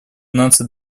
наций